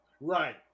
right